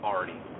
Already